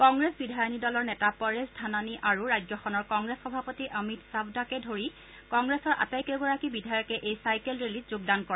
কংগ্ৰেছ বিধায়িনী দলৰ নেতা পৰেশ ধানানী আৰু ৰাজ্যখনৰ কংগ্ৰেছ সভাপতি অমিত চাভ্দাকে ধৰি কংগ্ৰেছৰ আটাইকেগৰাকী বিধায়কে এই চাইকেল ৰেলীত যোগদান কৰে